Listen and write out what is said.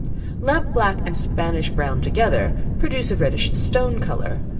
lamp-black and spanish brown together, produce a reddish stone color,